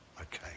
Okay